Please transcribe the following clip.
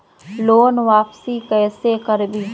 Loan वापसी कैसे करबी?